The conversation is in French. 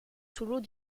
solos